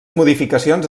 modificacions